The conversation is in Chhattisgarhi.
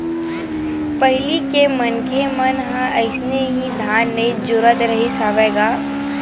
पहिली के मनखे मन ह अइसने ही धन नइ जोरत रिहिस हवय गा